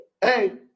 Hey